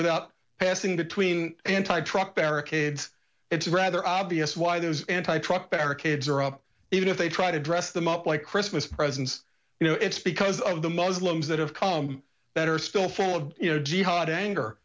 without passing between anti truck barricades it's rather obvious why those anti truck barricades are up even if they try to dress them up like christmas presents you know it's because of the muslims that have come better still full of your jihad anger